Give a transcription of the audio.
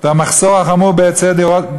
והמחסור החמור בהיצע דירות,